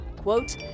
Quote